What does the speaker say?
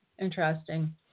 Interesting